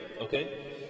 Okay